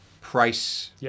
price